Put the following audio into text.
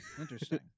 Interesting